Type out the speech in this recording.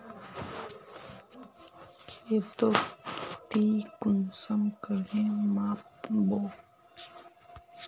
खेतोक ती कुंसम करे माप बो?